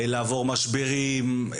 לעבור משברים,